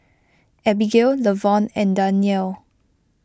Abbigail Levon and Danyelle